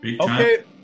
Okay